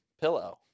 Pillow